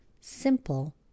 simple